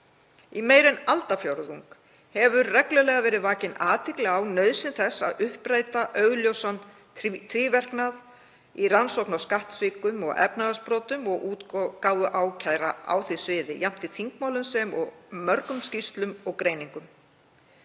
Í meira en aldarfjórðung hefur reglulega verið vakin athygli á nauðsyn þess að uppræta augljósan tvíverknað í rannsókn á skattsvikum og efnahagsbrotum og útgáfu ákæra á því sviði, jafnt í þingmálum sem og mörgum skýrslum og greiningum.